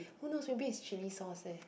who knows maybe it's chilli sauce eh